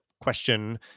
question